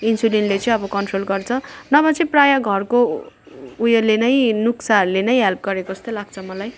इन्सुलिनले चाहिँ अब कन्ट्रोल गर्छ नभए चाहिँ प्रायः घरको उयोले नै नुस्काहरूले नै हेल्प गरेको जस्तो लाग्छ मलाई